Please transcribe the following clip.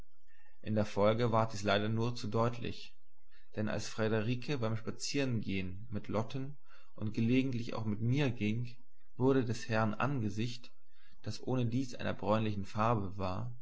in der folge ward dies leider nur zu deutlich denn als friederike beim spazierengehen mit lotten und gelegentlich auch mit mir ging wurde des herrn angesicht das ohnedies einer bräunlichen farbe war